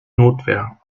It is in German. notwehr